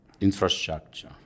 infrastructure